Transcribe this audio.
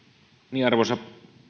arvoisa